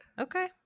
okay